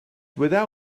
dyweda